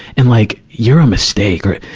and like, you're a mistake. or,